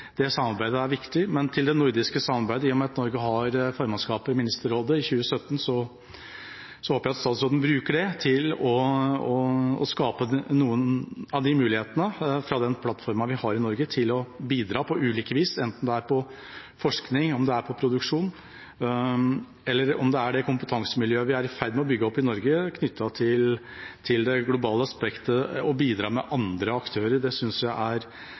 Norge har formannskapet i Nordisk ministerråd i 2017, håper jeg at statsråden bruker det til å skape noen muligheter fra den plattformen vi har i Norge, til å bidra på ulike vis, enten det er innenfor forskning, produksjon eller om det er med det kompetansemiljøet vi er i ferd med å bygge opp i Norge knyttet til det globale aspektet, og å bidra med andre aktører. Det synes jeg er